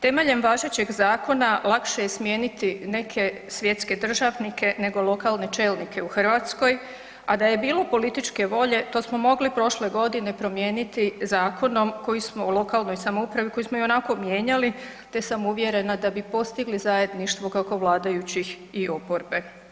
Temeljem važećeg zakona lakše je smijeniti neke svjetske državnike nego lokalne čelnike u Hrvatskoj a da je bilo političke volje, to smo mogli prošle godine promijeniti zakonom koji smo u lokalnoj samoupravi, koji smo ionako mijenjali te sam uvjerena da bi postigli zajedništvo kako vladajućih i oporbe.